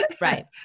Right